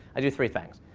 i do three things.